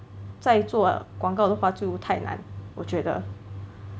再做广告的话就太难我觉得